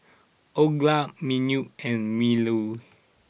Olga Manuel and Mylie